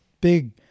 big